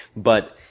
but,